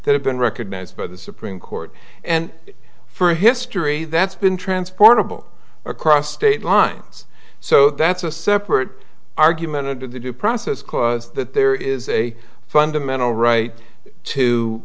that have been recognized by the supreme court and for history that's been transportable across state lines so that's a separate argument to do the due process clause that there is a fundamental right to